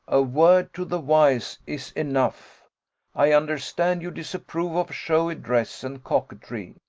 a word to the wise is enough i understand you disapprove of showy dress and coquetry,